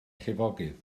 llifogydd